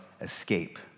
escape